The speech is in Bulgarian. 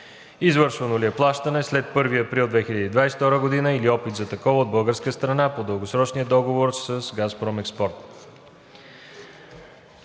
извършвано ли е плащане след 1 април 2022 г. или опит за такова от българска страна по дългосрочния договор с ООО „Газпром Експорт“.